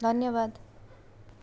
धन्यवाद